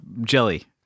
jelly